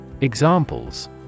Examples